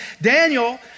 Daniel